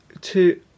two